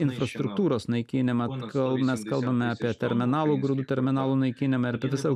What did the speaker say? infrastruktūros naikinimą kol mes kalbame apie terminalų grūdų terminalų naikinimą ir